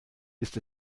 ist